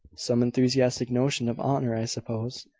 some enthusiastic notion of honour, i suppose.